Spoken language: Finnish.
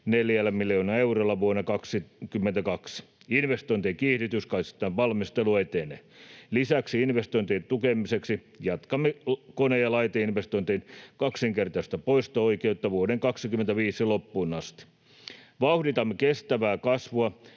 4 miljoonalla eurolla vuonna 22. Investointien kiihdytyskaistan valmistelu etenee. Lisäksi investointien tukemiseksi jatkamme kone- ja laiteinvestointien kaksinkertaista poisto-oikeutta vuoden 25 loppuun asti. Vauhditamme kestävää kasvua